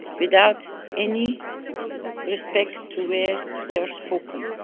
without any respect to where they are spoken.